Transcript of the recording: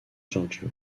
giorgio